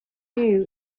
new